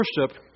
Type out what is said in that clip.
worship